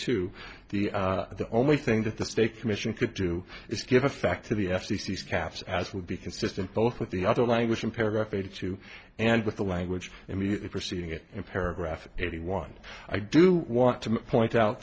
two the the only thing that the state commission could do is give effect to the f c c caps as would be consistent both with the other language in paragraph eighty two and with the language immediately preceding it in paragraph eighty one i do want to point out